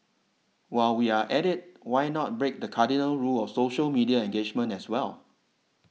while we are at it why not break the cardinal rule of social media engagement as well